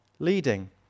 Leading